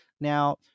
Now